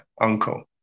uncle